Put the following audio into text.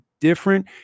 different